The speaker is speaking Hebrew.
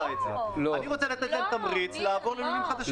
אני רוצה לתת להם תמריץ לעבור ללולים חדשים.